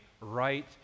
right